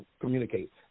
communicate